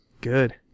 Good